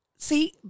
See